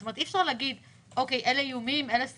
אי אפשר להגיד: אלה איומים, אלה סיכונים,